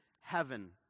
heaven